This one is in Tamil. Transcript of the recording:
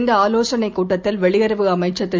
இந்தஆலோசனைகூட்டத்தில்வெளியுறவுஅமைச்சர்திரு